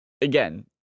again